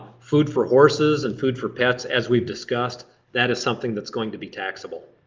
food for horses and food for pets, as we've discussed that is something that's going to be taxable.